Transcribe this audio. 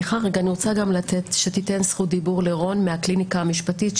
אני רוצה שתיתן זכות דיבר לרון מהקליניקה המשפטית,